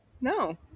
no